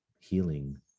Healing